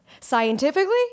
scientifically